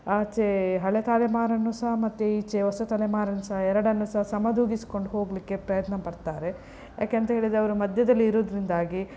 ಆಚೆ ಹಳೆ ತಲೆಮಾರನ್ನೂ ಸಹ ಮತ್ತು ಈಚೆ ಹೊಸ ತಲೆಮಾರನ್ನೂ ಸಹ ಎರಡನ್ನೂ ಸಹ ಸಮದೂಗಿಸ್ಕೊಂಡು ಹೋಗಲಿಕ್ಕೆ ಪ್ರಯತ್ನಪಡ್ತಾರೆ ಯಾಕೆ ಅಂತ ಹೇಳಿದರೆ ಅವರು ಮಧ್ಯದಲ್ಲಿ ಇರೋದ್ರಿಂದಾಗಿ